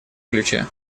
ключе